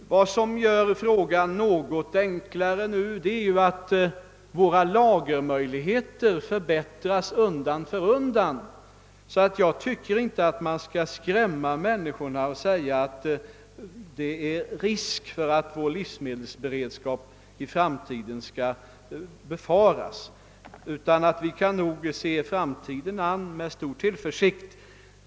Något som nu gör frågan något enklare är att våra lagringsmöjligheter undan för undan förbättras. Jag tycker därför inte att man skall skrämma människorna i vårt land med att det skulle vara risk för att vår livsmedelsberedskap i framtiden blir otillräcklig. Vi kan se framtiden an med stor tillförsikt.